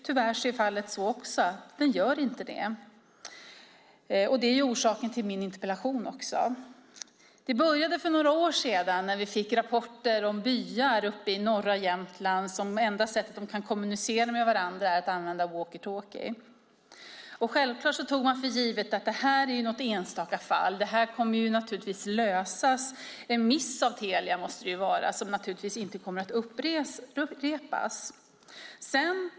Tyvärr är fallet så att den inte gör det. Det är orsaken till min interpellation. Det började för några år sedan när vi fick rapporter om byar uppe i norra Jämtland där det enda sättet att kommunicera med varandra var att använda walkie-talkie. Självklart tog man för givet att det var något enstaka fall, det kommer att lösas. En miss av Telia, måste det vara som naturligtvis inte kommer att upprepas.